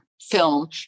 film